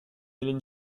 hélène